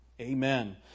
amen